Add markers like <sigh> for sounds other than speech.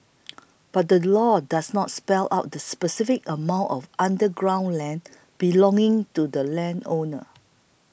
<noise> but the law does not spell out the specific amount of underground land belonging to the landowner